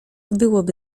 byłoby